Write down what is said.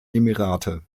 emirate